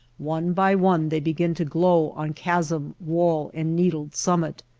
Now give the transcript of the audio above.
one by one they begin to glow on chasm, wall, and needled summit.